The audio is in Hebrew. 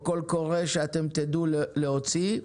או קול קורא שאתם תדעו להוציא.